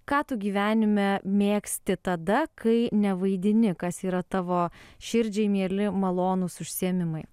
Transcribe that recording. ką tu gyvenime mėgsti tada kai nevaidini kas yra tavo širdžiai mieli malonūs užsiėmimai